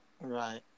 Right